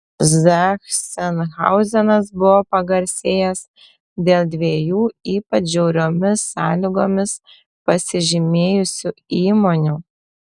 zachsenhauzenas buvo pagarsėjęs dėl dviejų ypač žiauriomis sąlygomis pasižymėjusių įmonių